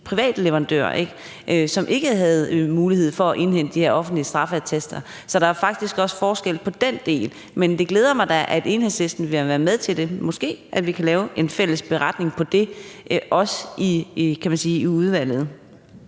privat leverandør, som ikke havde mulighed for at indhente de her offentlige straffeattester. Så der er faktisk også forskel på den del. Men det glæder mig da, at Enhedslisten vil være med til det. Måske kan vi lave en fælles beretning om det i udvalget.